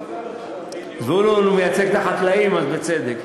להחזיר, זבולון מייצג את החקלאים, אז בצדק.